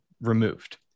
removed